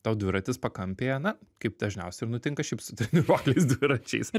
tau dviratis pakampėje na kaip dažniausiai ir nutinka šiaip su treniruokliais dviračiais